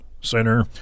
Center